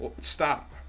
stop